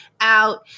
out